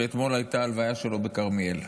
שאתמול הייתה ההלוויה שלו בכרמיאל.